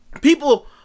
people